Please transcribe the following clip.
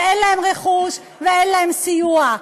ואין להן רכוש ואין להן סיוע.